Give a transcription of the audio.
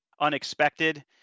unexpected